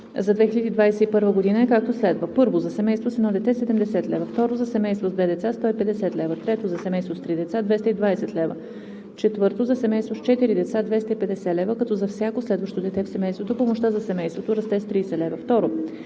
за 2021 г. е, както следва: 1. за семейство с едно дете – 70 лв.; 2. за семейство с две деца – 150 лв.; 3. за семейство с три деца – 220 лв.; 4. за семейство с четири деца – 250 лв., като за всяко следващо дете в семейството помощта за семейството расте с 30 лв.”